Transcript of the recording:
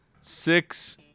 Six